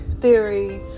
theory